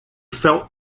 felt